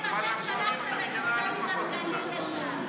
אנחנו לא נתפלא אם אתם שלחתם אותם עם הדגלים לשם.